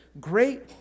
great